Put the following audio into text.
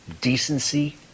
decency